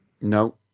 No